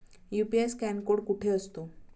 UPI scan code कुठे असतो?